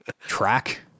track